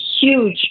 huge